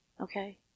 Okay